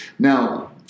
Now